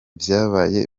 vyabaye